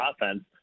offense